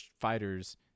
fighters